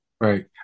Right